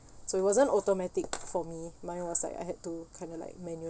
so it wasn't automatic for me mine was like I had to kind of like manually